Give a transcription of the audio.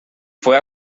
fue